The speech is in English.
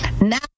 Now